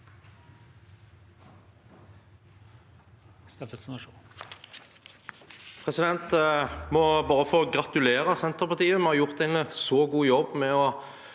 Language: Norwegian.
Jeg må bare få gra- tulere Senterpartiet med å ha gjort en så god jobb med å